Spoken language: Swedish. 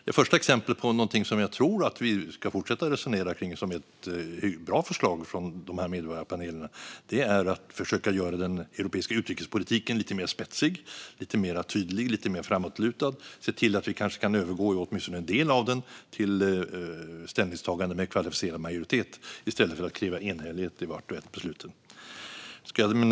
Det första exemplet som vi nog kan fortsätta resonera om och som är ett bra förslag från medborgarpanelerna är att försöka göra den europeiska utrikespolitiken lite mer spetsig, tydlig och framåtlutad och se till att vi kanske i åtminstone en del av den kan övergå till ställningstagande med kvalificerad majoritet i stället för att kräva enhällighet i varje beslut.